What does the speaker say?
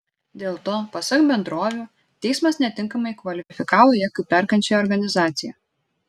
dėl to pasak bendrovių teismas netinkamai kvalifikavo ją kaip perkančiąją organizaciją